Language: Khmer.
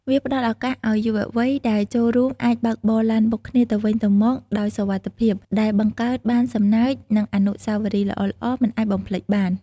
វាផ្ដល់ឱកាសឱ្យយុវវ័យដែលចូលរួមអាចបើកបរឡានបុកគ្នាទៅវិញទៅមកដោយសុវត្ថិភាព ដែលបង្កើតបានសំណើច និងអនុស្សាវរីយ៍ល្អៗមិនអាចបំភ្លេចបាន។